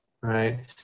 right